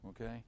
Okay